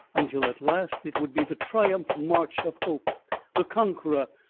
until at last it would be the triumph march of hope the conqueror,